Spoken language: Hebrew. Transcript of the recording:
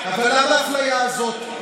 אבל למה האפליה הזאת?